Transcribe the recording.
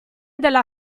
della